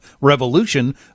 revolution